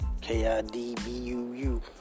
K-I-D-B-U-U